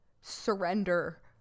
surrender